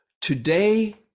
Today